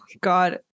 God